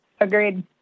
Agreed